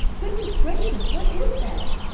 goodness, gracious! what is that?